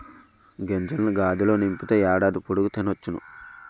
గింజల్ని గాదిలో నింపితే ఏడాది పొడుగు తినొచ్చును